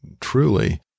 truly